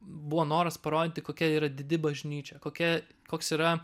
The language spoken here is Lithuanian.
buvo noras parodyti kokia yra didi bažnyčia kokia koks yra